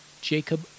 Jacob